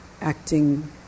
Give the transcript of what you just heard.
acting